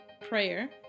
PRAYER